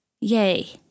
Yay